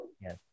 Yes